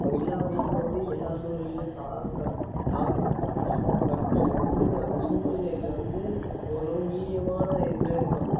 எல்லா பைக்கும் வந்து எல்லா சூழ்நிலையிலேயும் தாக்கம் தாங்கும் பட் நீங்கள் வந்து வ அந்த சூழ்நிலையில் வந்து ஓரளவு மீடியமான இதில் இருக்கணும்